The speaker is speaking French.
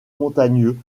montagneux